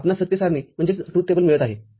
आपणास सत्य सारणी मिळत आहे